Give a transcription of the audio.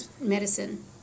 medicine